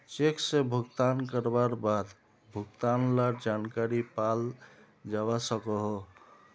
cheque से भुगतान करवार बाद भुगतान लार जानकारी पाल जावा सकोहो